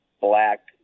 black